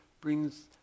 brings